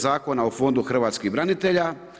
Zakona o fondu hrvatskih branitelja.